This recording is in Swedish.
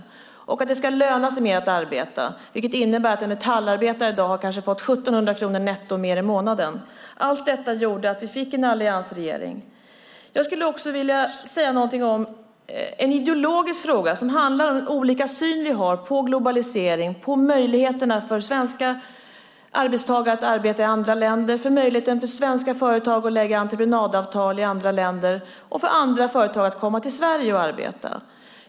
Regeringen lovade att det ska löna sig mer att arbeta, vilket innebär att en metallarbetar i dag har fått kanske 1 700 kronor netto mer i månaden. Allt detta gjorde att vi fick en alliansregering. Jag skulle också vilja säga någonting om en ideologisk fråga, som handlar om hur olika syn vi har på globalisering, på möjligheterna för svenska arbetstagarna att arbeta i andra länder, för möjligheten för svenska företag att lägga ut entreprenadavtal i andra länder och för andra företag att komma till Sverige och arbeta.